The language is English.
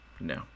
no